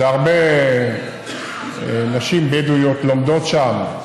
שהרבה נשים בדואיות לומדות שם,